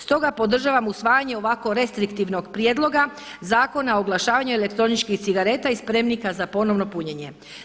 Stoga podržavam usvajanje ovako restriktivnog prijedloga zakona o oglašavanju elektroničkih cigareta i spremnika za ponovno punjenje.